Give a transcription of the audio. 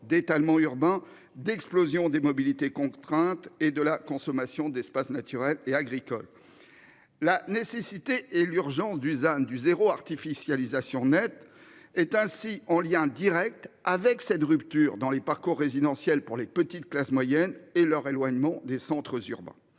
d'étalement urbain d'explosion des mobilités contraintes et de la consommation d'espaces naturels et agricoles. La nécessité et l'urgence Dusan du zéro artificialisation nette est ainsi en lien Direct avec cette ruptures dans les parcours résidentiels pour les petites classes moyennes et leur éloignement des centres urbains.